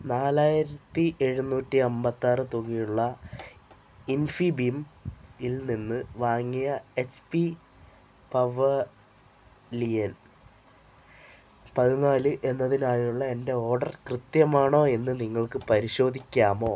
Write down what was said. നാലായിരത്തി എഴുന്നൂറ്റി അന്പത്തിയാറ് തുകയുള്ള ഇൻഫിബീമിൽനിന്നു വാങ്ങിയ എച്ച് പി പവലിയൻ പതിനാല് എന്നതിനായുള്ള എൻ്റെ ഓർഡർ കൃത്യമാണോ എന്നു നിങ്ങൾക്കു പരിശോധിക്കാമോ